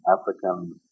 African